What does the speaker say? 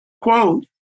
quote